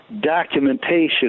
documentation